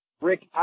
Rick